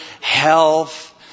health